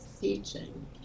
teaching